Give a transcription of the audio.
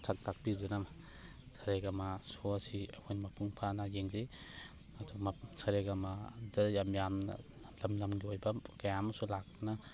ꯁꯛ ꯇꯥꯛꯄꯤꯗꯨꯅ ꯁꯥꯔꯦꯒꯃꯥ ꯁꯣ ꯑꯁꯤ ꯑꯩꯈꯣꯏꯅ ꯃꯄꯨꯡ ꯐꯥꯅ ꯌꯦꯡꯖꯩ ꯑꯗꯨ ꯁꯥꯔꯦꯒꯃꯥꯗ ꯌꯥꯝ ꯌꯥꯝꯅ ꯂꯝ ꯂꯝꯒꯤ ꯑꯣꯏꯕ ꯀꯌꯥ ꯑꯃꯁꯨ ꯂꯥꯛꯇꯨꯅ